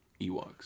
Ewoks